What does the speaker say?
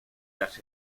las